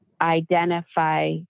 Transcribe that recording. identify